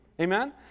amen